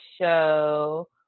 show